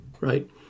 right